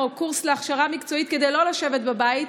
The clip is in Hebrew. קורס להכשרה מקצועית כדי לא לשבת בבית,